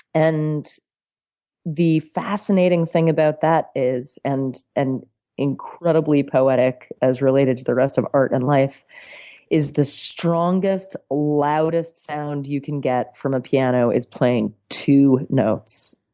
and the fascinating thing about that is and and incredibly poetic, as related to the rest of art and life is the strongest, loudest sound you can get from a piano is playing two notes,